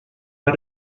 how